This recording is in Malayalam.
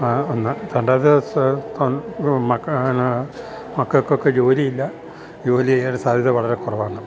ഒന്ന് മക്കൾക്ക് ഒക്കെ ജോലിയില്ല ജോലി ചെയ്യാൻ സാധ്യത വളരെ കുറവാണ്